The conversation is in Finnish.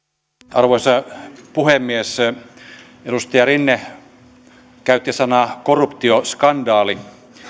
arvoisa puhemies edustaja rinne käytti sanaa korruptioskandaali